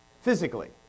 Physically